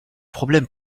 problème